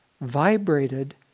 vibrated